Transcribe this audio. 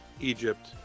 Egypt